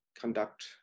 conduct